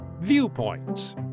Viewpoints